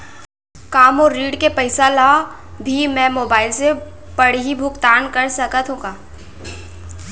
का मोर ऋण के पइसा ल भी मैं मोबाइल से पड़ही भुगतान कर सकत हो का?